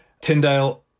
Tyndale